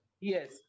yes